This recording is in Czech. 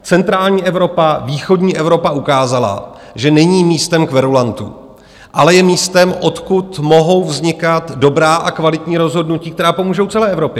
Centrální Evropa, východní Evropa ukázala, že není místem kverulantů, ale je místem, odkud mohou vznikat dobrá a kvalitní rozhodnutí, která pomůžou celé Evropě.